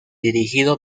dirigido